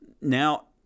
now